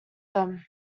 them